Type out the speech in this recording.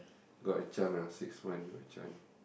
got a chance ah six month got a chance